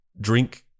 drink